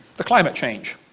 the climate change.